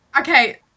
Okay